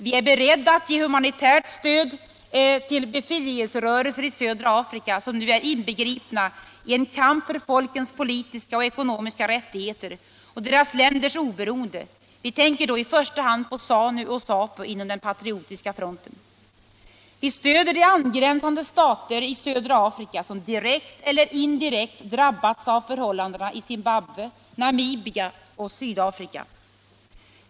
—- Vi är beredda att ge humanitärt stöd till de befrielserörelser i södra Afrika, som nu är inbegripna i en kamp för folkens politiska och ekonomiska rättigheter och deras länders oberoende. Vi tänker då i första hand på ZANU och ZAPU inom den Patriotiska fronten. — Vi stöder de angränsande stater i södra Afrika som direkt eller indirekt drabbats av förhållandena i Zimbabwe, Namibia och Sydafrika.